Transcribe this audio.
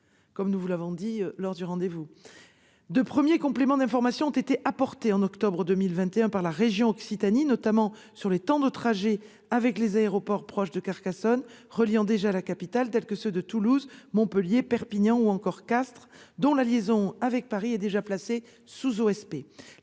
; nous vous l'avons indiqué lors de notre rendez-vous. De premiers compléments d'information ont été apportés en octobre 2021 par la région Occitanie, notamment sur les temps de trajet avec les aéroports proches de Carcassonne desservant déjà la capitale, tels que ceux de Toulouse, de Montpellier, de Perpignan, ou encore de Castres dont la liaison avec Paris est déjà placée sous OSP.